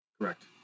correct